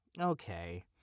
Okay